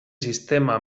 sistema